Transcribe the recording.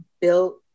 built